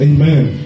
Amen